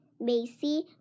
Macy